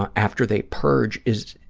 ah after they purge is,